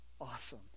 awesome